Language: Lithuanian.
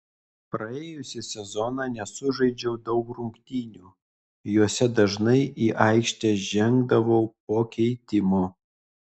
praėjusį sezoną nesužaidžiau daug rungtynių jose dažnai į aikštę žengdavau po keitimo